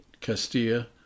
Castilla